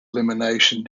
elimination